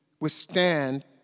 withstand